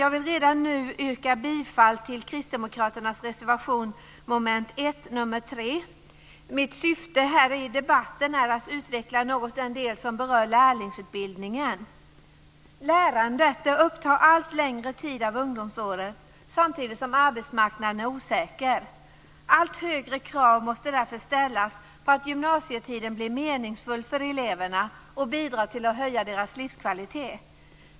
Jag vill redan nu yrka bifall till Jag ska i debatten något utveckla den del som berör lärlingsutbildningen. Lärandet upptar allt längre tid av ungdomsåren, samtidigt som arbetsmarknaden är osäker. Allt högre krav måste därför ställas på att gymnasietiden blir meningsfull för eleverna och bidrar till att höja deras livskvalitet.